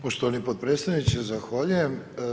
Poštovani potpredsjedniče zahvaljujem.